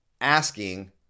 asking